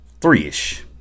three-ish